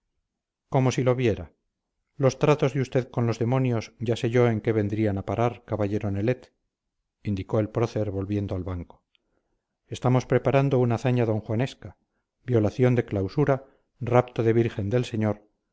como si lo viera los tratos de usted con los demonios ya sé yo en qué vendrán a parar caballero nelet indicó el prócer volviendo al banco estamos preparando una hazaña donjuanesca violación de clausura rapto de virgen del señor